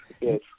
yes